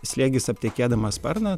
slėgis aptekėdamas sparną